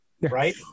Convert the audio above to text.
right